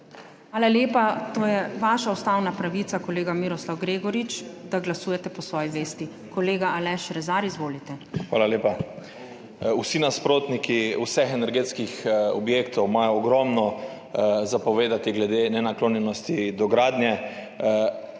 Hvala lepa. To je vaša ustavna pravica, kolega Miroslav Gregorič, da glasujete po svoji vesti. Kolega Aleš Rezar, izvolite. **ALEŠ REZAR (PS Svoboda):** Hvala lepa. Vsi nasprotniki vseh energetskih objektov imajo ogromno za povedati glede nenaklonjenosti do gradnje,